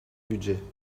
budget